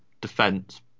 defense